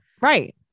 Right